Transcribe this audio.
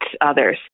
others